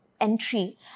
entry